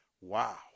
Wow